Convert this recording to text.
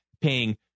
paying